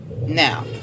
Now